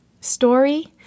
story